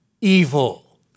evil